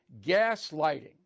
Gaslighting